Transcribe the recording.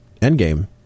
Endgame